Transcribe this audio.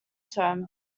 term